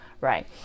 Right